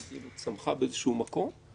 שצמחה באיזה מקום,